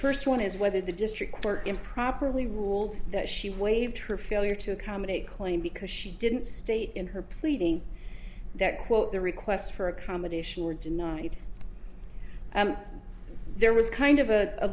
first one is whether the district court improperly ruled that she waived her failure to accommodate claim because she didn't state in her pleading that quote the requests for accommodation were denied there was kind of